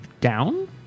down